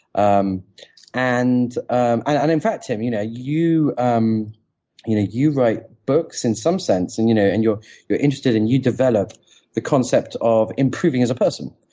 um and and in fact, tim, you know you um you know you write books in some sense and you know and you're you're interested and you develop the concept of improving as a person,